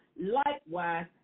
likewise